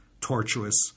tortuous